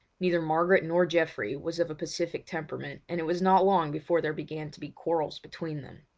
neither margaret nor geoffrey was of a pacific temperament, and it was not long before there began to be quarrels between them.